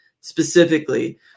specifically